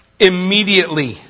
Immediately